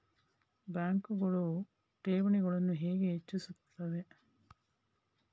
ಬ್ಯಾಂಕುಗಳು ಠೇವಣಿಗಳನ್ನು ಹೇಗೆ ಹೆಚ್ಚಿಸುತ್ತವೆ?